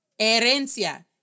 Herencia